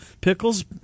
pickles